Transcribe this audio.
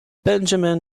benjamin